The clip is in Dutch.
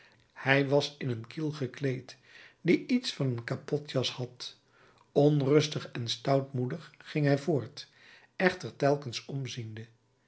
hij was in een kiel gekleed die iets van een kapotjas had onrustig en stoutmoedig ging hij voort echter telkens omziende